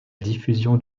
diffusion